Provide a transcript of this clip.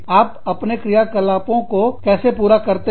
आप अपने क्रियाकलापों को कैसे पूरा करते हैं